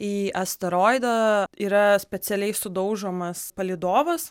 į asteroidą yra specialiai sudaužomas palydovas